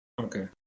Okay